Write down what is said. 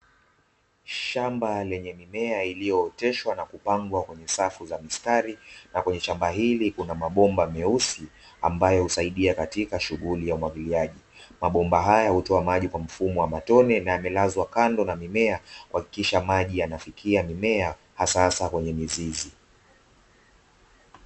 Shamba lenye mimea iliyooteshwa na kupangwa kwenye safu za mistari na kwenye shamba hili kuna mabomba meusi ambayo husaidia katika shughuli ya umwagiliaji mabomba haya hutoa maji kwa mfumo wa matone na amelazwa kando na mimea kuhakikisha maji yanafikia mimea hasa kwenye mizizi.